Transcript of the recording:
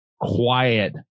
quiet